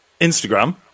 Instagram